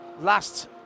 last